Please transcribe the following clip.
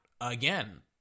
again